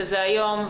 שזה היום,